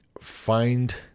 find